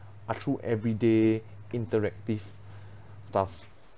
are through everyday interactive stuff